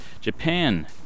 Japan